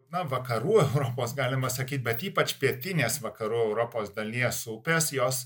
na vakarų europos galima sakyt bet ypač pietinės vakarų europos dalies upės jos